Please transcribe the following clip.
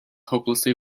hopelessly